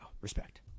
respect